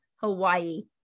Hawaii